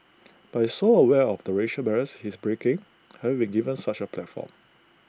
but he's so aware of the racial barriers he's breaking having been given such A platform